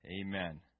Amen